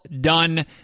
done